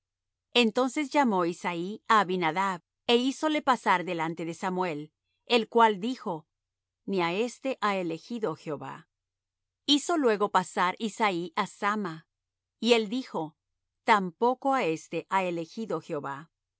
entonces llamó isaí á abinadab é hízole pasar delante de samuel el cual dijo ni á éste ha elegido jehová hizo luego pasar isaí á samma y él dijo tampoco á éste ha elegido jehová